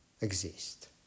exist